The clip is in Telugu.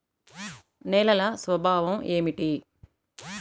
నేలల స్వభావం ఏమిటీ?